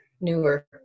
newer